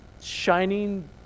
shining